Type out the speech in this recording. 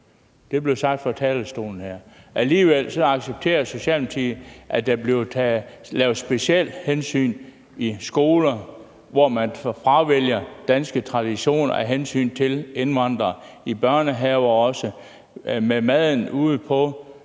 Det blev sagt fra talerstolen her. Alligevel accepterer Socialdemokratiet, at der bliver taget specielle hensyn i skoler, hvor man fravælger danske traditioner af hensyn til indvandrere. Det samme gælder